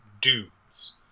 dudes